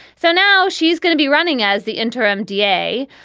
so now she's gonna be running as the interim d a.